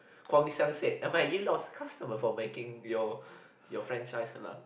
Guang-Xiang said mate you lost customer for making your your franchise Halal